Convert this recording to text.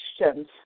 questions